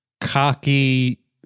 cocky